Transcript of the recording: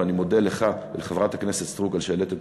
ואני מודה לך ולחברת הכנסת סטרוק על שהעליתם